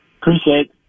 Appreciate